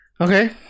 Okay